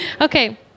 okay